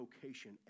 vocation